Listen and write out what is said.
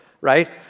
right